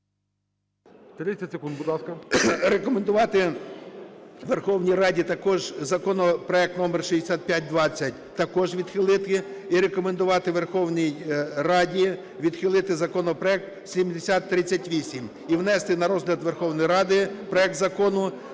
30 секунд, будь ласка. ФЕДОРУК М.Т. Рекомендувати Верховній Раді також законопроект № 6520 також відхилити. І рекомендувати Верховній Раді відхилити законопроект 7038. І внести на розгляд Верховної Ради проект Закону